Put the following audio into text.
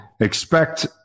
expect